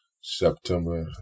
September